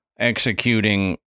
Executing